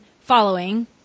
following